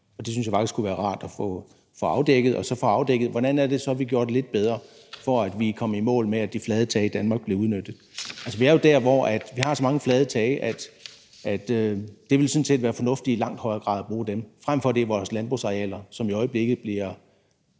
det synes jeg faktisk kunne være rart at få afdækket. Og også at få afdækket, hvordan det så er, vi får gjort det lidt bedre, for at vi kommer i mål med, at de flade tage i Danmark bliver udnyttet. Vi er jo der, hvor vi har så mange flade tage, at det sådan set ville være fornuftigt i langt højere grad at bruge dem, frem for at det er vores landbrugsarealer, som i øjeblikket bliver